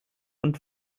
und